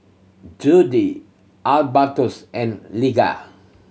Judi Albertus and